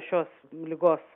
šios ligos